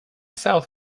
south